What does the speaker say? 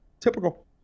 Typical